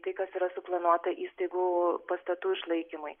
tai kas yra suplanuota įstaigų pastatų išlaikymui